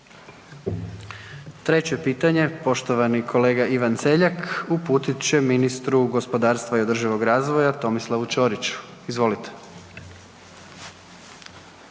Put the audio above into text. Treće pitanje poštovani Ivan Celjak uputit će ministru gospodarstva i održivog razvoja Tomislavu Ćoriću. Izvolite.